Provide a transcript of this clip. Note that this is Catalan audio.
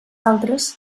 altres